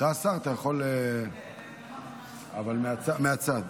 אחרי השר אתה יכול, אבל מהצד.